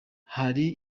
hari